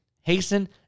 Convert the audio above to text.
hasten